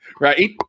Right